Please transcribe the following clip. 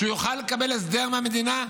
שיוכל לקבל הסדר מהמדינה,